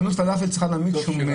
חנות פלאפל צריכה להעמיד שומר.